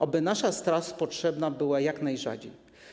Oby nasza straż potrzebna była jak najrzadziej.